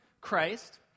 Christ